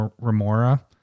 remora